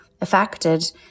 affected